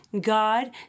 God